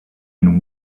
and